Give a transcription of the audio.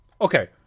okay